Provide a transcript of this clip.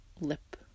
lip